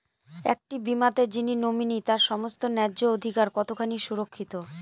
একটি বীমাতে যিনি নমিনি তার সমস্ত ন্যায্য অধিকার কতখানি সুরক্ষিত?